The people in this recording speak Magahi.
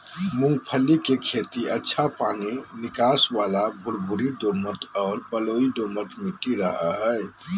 मूंगफली के खेती अच्छा पानी निकास वाला भुरभुरी दोमट आर बलुई दोमट मट्टी रहो हइ